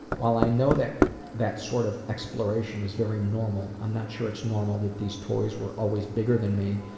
while i know that that sort of exploration is very normal, i'm not sure it's normal that these toys were always bigger than me,